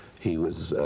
he was